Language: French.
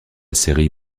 série